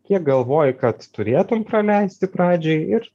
kiek galvoji kad turėtum praleisti pradžiai ir